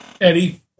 Eddie